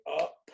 up